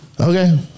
Okay